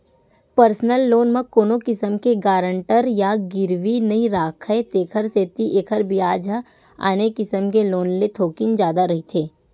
personal loan म कोनो किसम के गारंटर या गिरवी नइ राखय तेखर सेती एखर बियाज ह आने किसम के लोन ले थोकिन जादा रहिथे